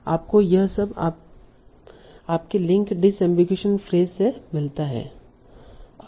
आपको यह सब आपके लिंक डिसएमबीगुइशन फ्रेस से मिलता है